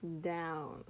down